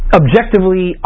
objectively